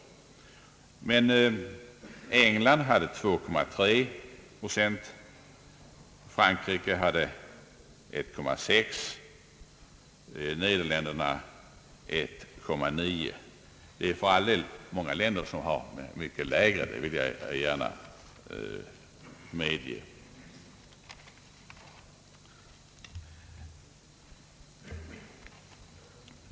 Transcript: Motsvarande siffror är för England 2,3 procent, Frankrike 1,6 och Nederländerna 1,9. Givetvis redovisas också mycket lägre procenttal för andra länder.